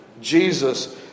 Jesus